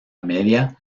media